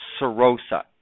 serosa